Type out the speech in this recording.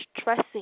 stressing